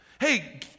Hey